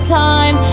time